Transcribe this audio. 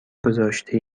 گذاشته